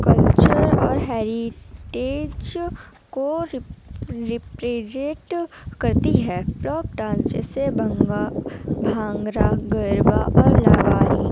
culture اور heritage کو represent کرتی ہے فوک ڈانس جیسے بھنگا بھانگرا گربہ اور لاوانی